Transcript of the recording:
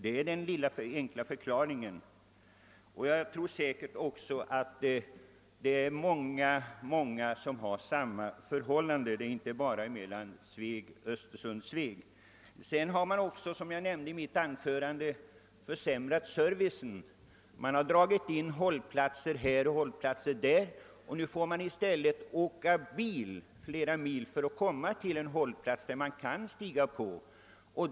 Det är den enkla förklaringen. Jag tror att samma förhållande gäller även för andra resor än mellan Östersund och Sveg. Vidare har man försämrat servicen; det har dragits in hållplatser här och hållplatser där. Nu får man ofta åka bil flera mil för att komma till en hållplats där man kan stiga på tåget.